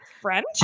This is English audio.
French